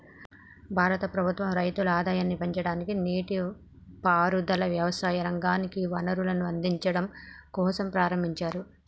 భారత ప్రభుత్వం రైతుల ఆదాయాన్ని పెంచడానికి, నీటి పారుదల, వ్యవసాయ రంగానికి వనరులను అందిచడం కోసంప్రారంబించారు